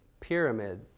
pyramid